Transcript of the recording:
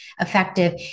effective